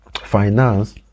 finance